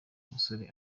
musore